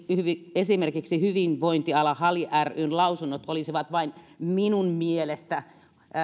esimerkiksi hyvinvointiala hali ryn lausunnot olisi vain minun mielestäni